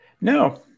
No